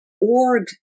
org